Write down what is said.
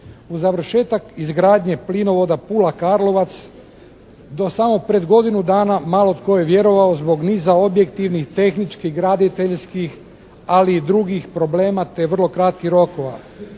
U završetak izgradnje plinovoda Pula-Karlovac do samo pred godinu dana malo tko je vjerovao zbog niza objektivnih, tehničkih, graditeljskih, ali i drugih problema te vrlo kratkih rokova.